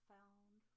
Found